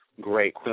great